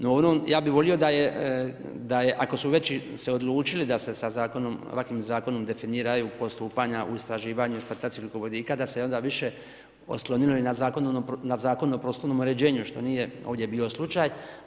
No, ja bih volio da ako su već se odlučili da se sa ovakvim zakonom definiraju postupanja u istraživanju eksploatacije ugljikovodika da se onda više oslonilo i na Zakon o prostornom uređenju što nije ovdje bio slučaj.